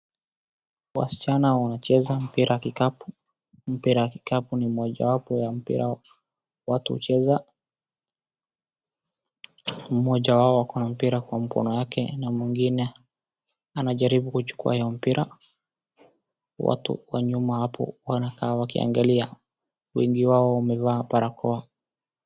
Wasichana wanacheeza mpira ya kikapu, mpira ya kikapu ni mojawapo ya mpira watu hucheza. Mmoja wao ako na mpira kwa mkono yake na mwingine anajaribu kuchukua hiyo mpira, watu wa nyuma hapo wanakaa wakiangalia, wengi wao wamevaa barakoa.